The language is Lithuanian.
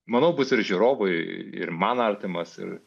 manau bus ir žiūrovui ir man artimas ir